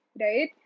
right